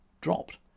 dropped